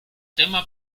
tema